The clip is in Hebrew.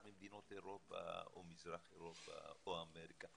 ממדינות אירופה או מזרח אירופה או אמריקה,